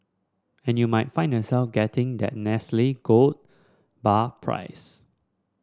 and you might find yourself getting that Nestle gold bar prize